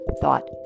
thought